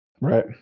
Right